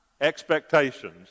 expectations